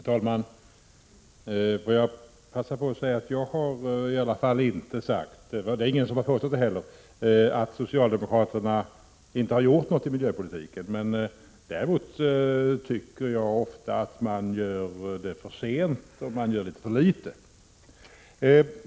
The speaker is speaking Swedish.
Herr talman! Jag vill passa på att säga att jag i varje fall inte — och det har ingen påstått heller — har sagt att socialdemokraterna inte har gjort någonting inom miljöpolitiken. Däremot tycker jag att man ofta vidtagit åtgärder för sent och gjort för litet.